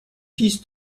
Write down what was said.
fils